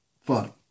fun